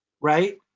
right